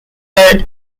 were